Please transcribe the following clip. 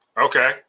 Okay